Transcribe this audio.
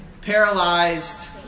paralyzed